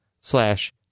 slash